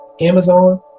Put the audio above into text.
Amazon